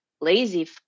lazy